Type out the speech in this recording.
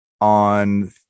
on